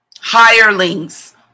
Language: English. Hirelings